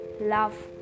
love